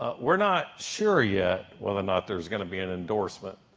ah we're not sure yet whether or not there's gonna be an endorsement,